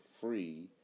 free